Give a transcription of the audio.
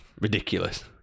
ridiculous